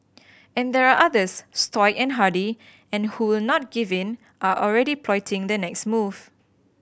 and there are others stoic and hardy and who will not give in are already plotting their next move